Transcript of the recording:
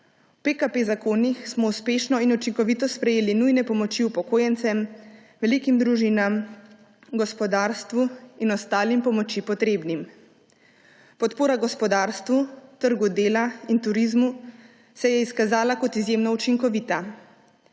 V PKP zakonih smo uspešno in učinkovito sprejeli nujne pomoči upokojencem, velikim družinam, gospodarstvu in ostalim pomoči potrebnim. Podpora gospodarstvu, trgu dela in turizmu se je izkazala kot izjemno učinkovita.